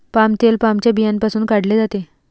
palm तेल पामच्या बियांपासून काढले जाते